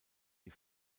die